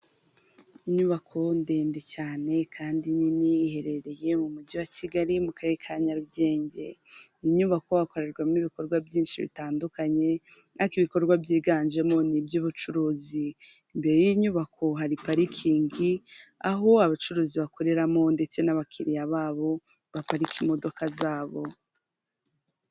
Inyubako ndende cyane kandi nini iherereye mu mujyi wa kigali mu karere ka Nyarugenge inyubako hakorerwamo ibikorwa byinshi bitandukanye ariko ariko ibikorwa byiganjemo ni iby'ubucuruzi, imbere y'inyubako hari parikingi aho abacuruzi bakoreramo ndetse n'abakiriya babo baparika imodoka zabo.